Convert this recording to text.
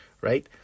right